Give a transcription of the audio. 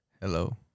Hello